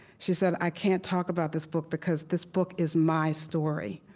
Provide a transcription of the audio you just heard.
she said, i can't talk about this book because this book is my story.